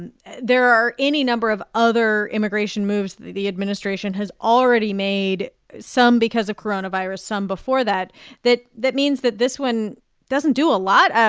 and there are any number of other immigration moves the the administration has already made some because of coronavirus, some before that that that means that this one doesn't do a lot. ah